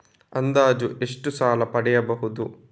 ಅಂದಾಜು ಎಷ್ಟು ಸಾಲ ಪಡೆಯಬಹುದು?